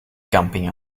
camping